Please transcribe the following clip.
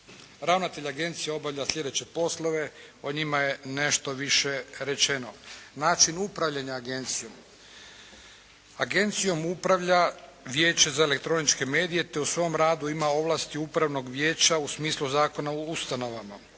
Ravnatelj agencije obavlja sljedeće poslove, o njima je nešto više rečeno. Način upravljanja agencijom. Agencijom upravlja Vijeće za elektroničke medije te u svom radu ima ovlasti upravnog vijeća u smislu Zakona o ustanovama.